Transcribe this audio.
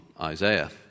Isaiah